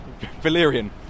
Valyrian